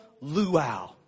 luau